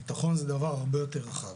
ביטחון זה דבר הרבה יותר רחב.